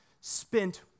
spent